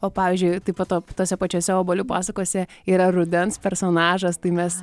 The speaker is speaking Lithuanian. o pavyzdžiui taip pat tose pačiose obuolių pasakose yra rudens personažas tai mes